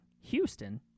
Houston